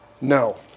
No